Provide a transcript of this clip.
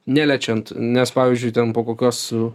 neliečiant nes pavyzdžiui ten po kokios